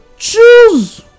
Choose